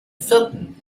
vierten